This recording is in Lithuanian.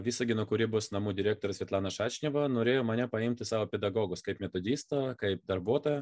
visagino kūrybos namų direktorė svetlana sašneva norėjo mane paimti savo pedagogus kaip metodisto kaip darbuotojo